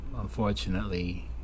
unfortunately